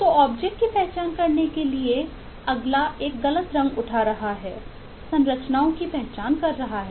तो ऑब्जेक्ट की पहचान करने के लिए अगला एक गलत रंग उठा रहा है संरचनाओं की पहचान कर रहा है